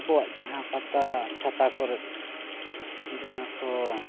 ᱟᱵᱚᱣᱟᱜ ᱡᱟᱦᱟᱸ ᱯᱟᱛᱟ ᱪᱷᱟᱛᱟ ᱠᱚᱨᱮ ᱡᱟᱦᱟᱸ ᱠᱚ